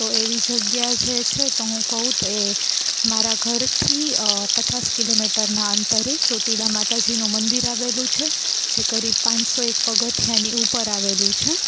તો એવી જગ્યા જે છે તો હું કહું તો એ મારા ઘરથી પચાસ કિલોમીટરનાં અંતરે ચોટીલા માતાજીનું મંદિર આવેલું છે જે કરીબ પાંચસો એક પગથિયાની ઉપર આવેલું છે